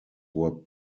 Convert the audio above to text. were